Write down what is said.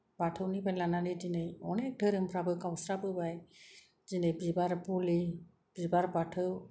बाथौनिफ्राय लाननाै दिनै अनेक धोरोमफ्राबो गावस्राबोबाय दिनै बिबार बोलि बिबार बाथौ